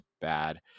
bad